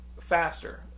Faster